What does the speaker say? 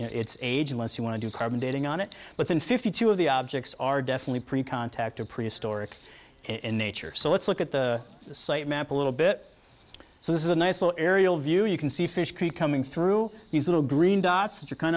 it's age unless you want to do carbon dating on it but then fifty two of the objects are definitely pre contact or prehistoric in nature so let's look at the site map a little bit so this is a nice little aerial view you can see fish creek coming through these little green dots that are kind